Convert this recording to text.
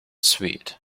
sweet